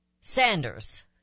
Sanders